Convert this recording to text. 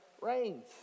rains